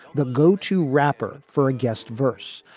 the go to rapper for a guest verse,